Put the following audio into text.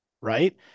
right